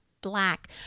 Black